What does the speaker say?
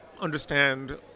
understand